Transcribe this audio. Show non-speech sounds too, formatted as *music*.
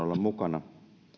*unintelligible* olla mukana